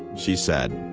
she said.